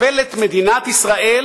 מדינת ישראל